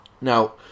Now